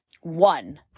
one